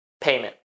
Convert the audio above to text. payment